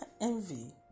envy